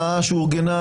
הסעה שאורגנה,